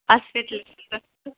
hospital ಎಲ್ಲಿ doctor